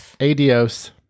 Adios